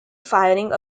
firing